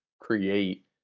create